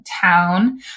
town